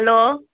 hello